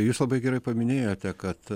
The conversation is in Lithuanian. jūs labai gerai paminėjote kad